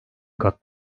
kat